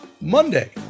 Monday